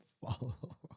follow